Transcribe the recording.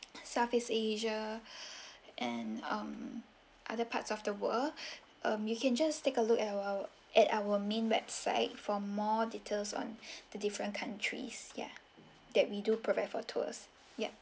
southeast asia and um other parts of the world um you can just take a look at our at our main website for more details on the different countries yeah that we do prepare for tours yup